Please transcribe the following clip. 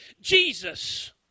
Jesus